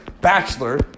bachelor